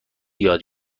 یاد